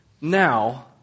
Now